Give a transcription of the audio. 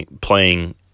playing